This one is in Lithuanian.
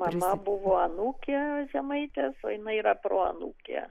mama buvo anūkė žemaitės o jinai yra proanūkė